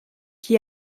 qui